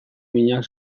minak